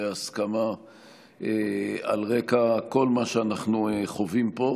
הסכמה על רקע כל מה שאנחנו חווים פה.